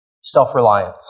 self-reliance